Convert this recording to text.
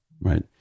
right